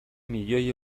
milioi